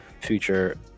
future